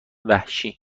وحشی